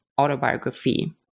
autobiography